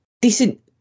decent